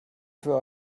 für